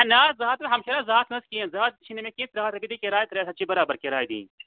ہے نہ حظ زٕ ہَتھ نہٕ ہَمشیرا زٕ ہَتھ نہٕ حظ کِہیٖنۍ زٕ ہَتھ چھی نہٕ مےٚ کینٛہہ ترٛےٚ ہَتھ رۄپیہٕ دِ کِراے ترٛےٚ ہَتھ چھی بَرابر کِراے دِنۍ